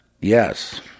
Yes